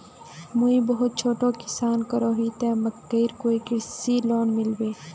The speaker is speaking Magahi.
मुई बहुत छोटो किसान करोही ते मकईर कोई कृषि लोन मिलबे?